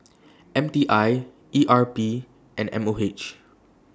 M T I E R P and M O H